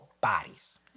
Bodies